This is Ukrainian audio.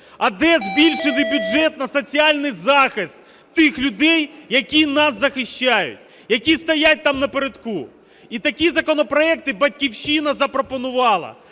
а де збільшити бюджет на соціальний захист тих людей, які нас захищають, які стоять там на передку? І такі законопроекти "Батьківщина" запропонувала.